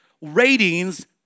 ratings